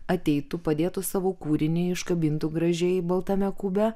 ateitų padėtų savo kūrinį iškabintų gražiai baltame kube